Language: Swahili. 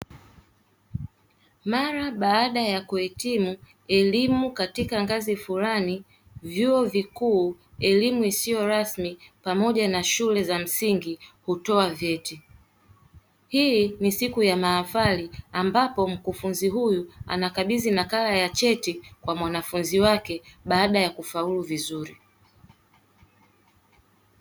Mara baada ya kuhitimu elimu katika ngazi fulani, vyuo vikuu, elimu isiyo rasmi, pamoja na shule za msingi hutoa vyeti. Hii ni siku ya mahafali ambapo mkufunzi huyu anakabidhi nakala ya cheti kwa mwanafunzi wake baada ya kufaulu vizuri.